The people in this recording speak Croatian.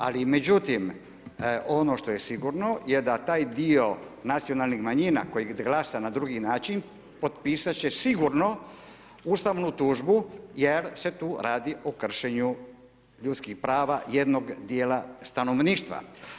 Ali međutim ono što je sigurno je da taj dio nacionalnih manjina koji glasa na drugi način potpisati će sigurno ustavnu tužbu jer se tu radi o kršenju ljudskih prava jednog dijela stanovništva.